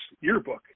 yearbook